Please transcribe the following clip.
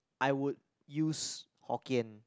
I would use Hokkien